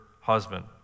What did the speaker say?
husband